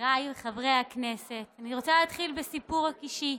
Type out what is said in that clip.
חבריי חברי הכנסת, אני רוצה להתחיל בסיפור אישי: